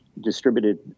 distributed